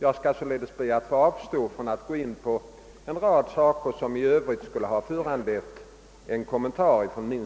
Jag skall således be att få avstå från att i dag ta upp en rad saker som annars skulle ha kunnat föranleda en kommentar från mig.